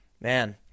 Man